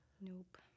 Nope